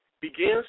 begins